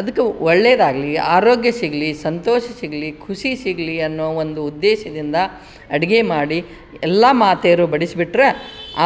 ಅದಕ್ಕೆ ಒಳ್ಳೆದಾಗಲಿ ಆರೋಗ್ಯ ಸಿಗಲಿ ಸಂತೋಷ ಸಿಗಲಿ ಖುಷಿ ಸಿಗಲಿ ಅನ್ನೋ ಒಂದು ಉದ್ದೇಶದಿಂದ ಅಡುಗೆ ಮಾಡಿ ಎಲ್ಲ ಮಾತೆಯರು ಬಡಿಸ್ಬಿಟ್ರೆ